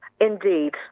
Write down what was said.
Indeed